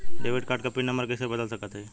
Debit card क pin number कइसे बदल सकत हई?